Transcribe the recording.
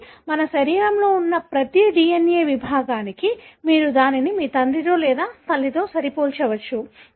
కాబట్టి మన శరీరంలో ఉన్న ప్రతి DNA విభాగానికి మీరు దానిని మీ తండ్రితో లేదా తల్లితో సరిపోల్చవచ్చు